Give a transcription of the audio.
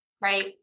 Right